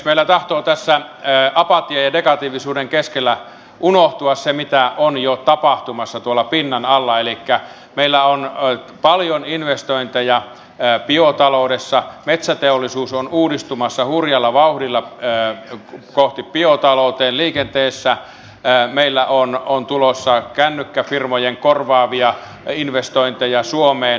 meillä tahtoo tässä apatian ja negatiivisuuden keskellä unohtua se mitä on jo tapahtumassa tuolla pinnan alla elikkä meillä on paljon investointeja biotaloudessa metsäteollisuus on uudistumassa hurjalla vauhdilla kohti biotaloutta liikenteessä meillä on tulossa kännykkäfirmojen korvaavia investointeja suomeen